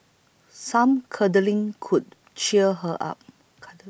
some cuddling could cheer her up